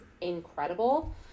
incredible